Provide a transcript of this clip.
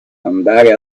andare